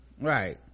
Right